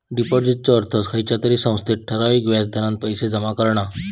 डिपाॅजिटचो अर्थ खयच्या तरी संस्थेत ठराविक व्याज दरान पैशे जमा करणा